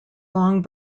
long